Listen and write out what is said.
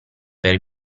per